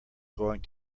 going